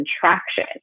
contraction